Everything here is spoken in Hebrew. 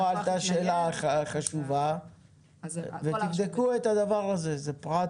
עלתה פה שאלה חשובה ותבדקו את הדבר הזה, זה פרט